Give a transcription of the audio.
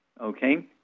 Okay